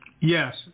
Yes